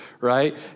right